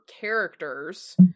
characters